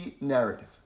narrative